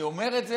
אני אומר את זה,